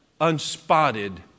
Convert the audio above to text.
unspotted